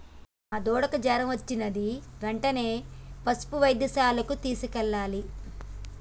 మా దూడకు జ్వరం వచ్చినది వెంటనే పసుపు వైద్యశాలకు తీసుకెళ్లాలి